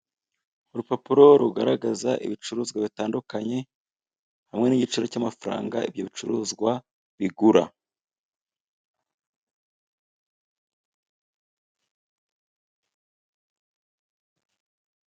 Urupapuro rugaragaza ibicuruzwa bitandukanye hamwe n'igiciro cy'amafaranga ibyo bicuruzwa bigura.